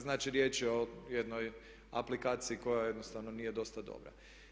Znači, riječ je o jednoj aplikaciji koja jednostavno nije dosta dobra.